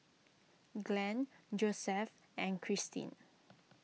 Glen Josef and Kristin